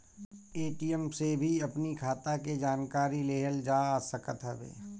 ATM से भी अपनी खाता के जानकारी लेहल जा सकत हवे